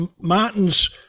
Martin's